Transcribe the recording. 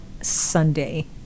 Sunday